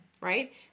right